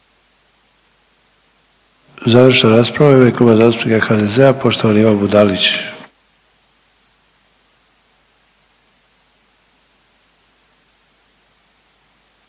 Završna rasprava u ime Kluba zastupnika HDZ-a poštovani Ivan Budalić.